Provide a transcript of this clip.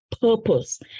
purpose